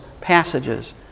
passages